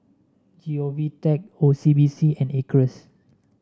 G O V Tech C B C and Acres